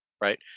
right